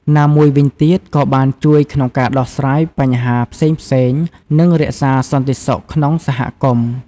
ណាមួយវិញទៀតក៏បានជួយក្នុងការដោះស្រាយបញ្ហាផ្សេងៗ និងរក្សាសន្តិសុខក្នុងសហគមន៍។